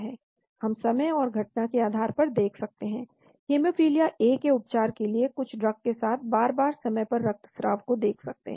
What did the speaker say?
या हम समय और घटना के आधार पर देख सकते हैं हेमोफिलिया ए के उपचार के लिए कुछ ड्रग के साथ बार बार समय पर रक्तस्राव को देख सकते हैं